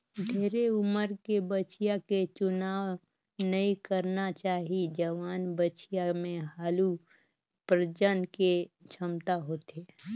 ढेरे उमर के बछिया के चुनाव नइ करना चाही, जवान बछिया में हालु प्रजनन के छमता होथे